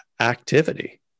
activity